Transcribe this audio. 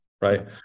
right